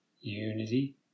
unity